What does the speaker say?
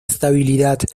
estabilidad